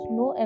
no